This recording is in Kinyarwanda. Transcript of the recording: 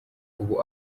ubu